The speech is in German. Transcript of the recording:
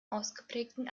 ausgeprägten